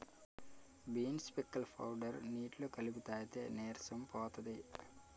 beans పిక్కల powder నీటిలో కలిపి తాగితే నీరసం పోతది